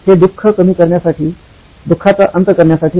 हे दुःख कमी करण्यासाठी दुःखाचा अंत करण्यासाठी आहे